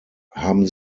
haben